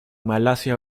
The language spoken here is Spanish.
malasia